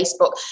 Facebook